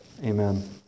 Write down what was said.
Amen